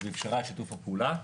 ואפשרה את שיתוף הפעולה.